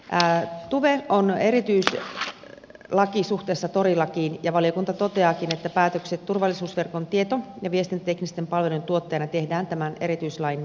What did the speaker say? tuve on erityislaki suhteessa tori lakiin ja valiokunta toteaakin että päätökset turvallisuusverkon tieto ja viestintäteknisten palveluiden tuottajana tehdään tämän erityislain nojalla